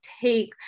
take